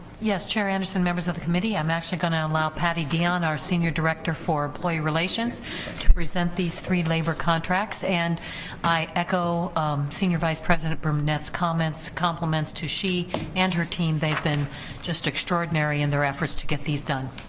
yes chair anderson members of the committee i'm actually gonna allow patty dion our senior director for employee relations to present these three labor contracts and i echo senior vice president brunettes comments compliments to she and her team they've been just extraordinary in their efforts to get these done